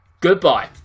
goodbye